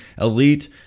elite